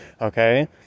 okay